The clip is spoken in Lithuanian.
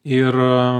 ir a